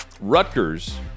Rutgers